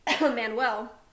Manuel